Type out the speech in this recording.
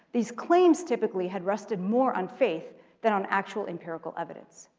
these claims typically had rested more on faith than on actual empirical evidence.